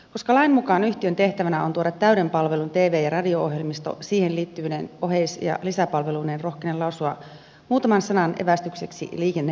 koska lain mukaan yhtiön tehtävänä on tuoda täyden palvelun tv ja radio ohjelmisto siihen liittyvine oheis ja lisäpalveluineen rohkenen lausua muutaman sanan evästykseksi liikenne ja viestintävaliokunnalle